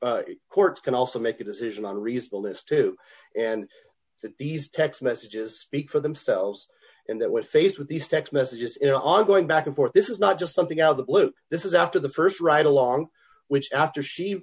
that courts can also make a decision on reasonable this too and that these text messages speak for themselves and that we're faced with these text messages in our going back and forth this is not just something out of the blue this is after the st ride along which after she